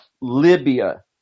Libya